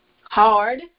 Hard